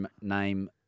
name